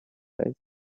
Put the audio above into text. replaced